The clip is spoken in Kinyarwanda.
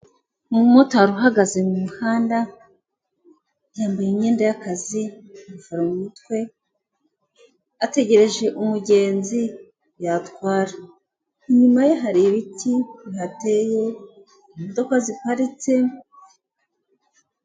Umumotari uhagaze mu muhanda yambayeye imyenda y'akazi iva mu mutwe, ategereje umugenzi yatwara, inyuma ye hari ibiti bihateye, imodoka ziparitse.